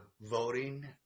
voting